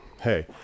hey